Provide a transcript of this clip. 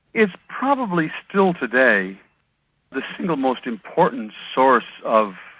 it's probably still today the single most important source of,